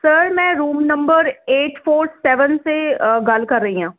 sir ਮੈਂ room number eight four seven ਨਾਲ ਗੱਲ ਕਰ ਰਹੀ ਆ